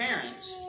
parents